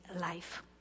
life